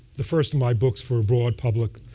the first of my books for a broad public,